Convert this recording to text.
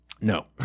No